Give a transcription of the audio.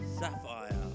sapphire